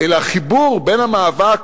אלא החיבור בין המאבק